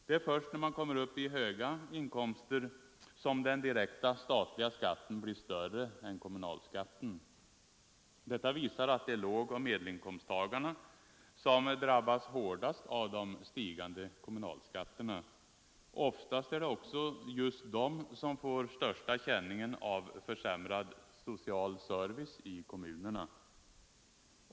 Det är först när man kommer upp i höga inkomster som den direkta statliga skatten blir större än kommunalskatten. Detta visar att det är lågoch medelinkomsttagarna som drabbas hårdast av de stigande kommunalskatterna. Oftast är det också just de som får den största känningen av en försämrad social service i kommunerna.